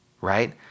right